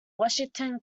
washington